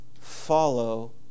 follow